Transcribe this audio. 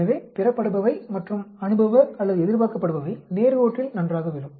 எனவே பெறப்படுபவை மற்றும் அனுபவ அல்லது எதிர்பார்க்கப்படுபவை நேர் கோட்டில் நன்றாக விழும்